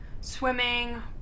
swimming